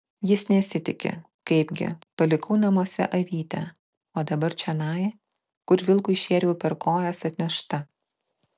jis nesitiki kaipgi palikau namuose avytę o dabar čionai kur vilkui šėriau per kojas atnešta